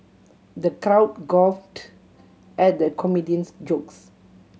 the crowd guffawed at the comedian's jokes